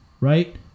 right